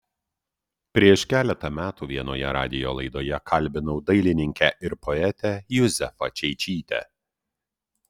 prieš keletą metų vienoje radijo laidoje kalbinau dailininkę ir poetę juzefą čeičytę